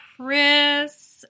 Chris